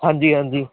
ਹਾਂਜੀ ਹਾਂਜੀ